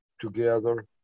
together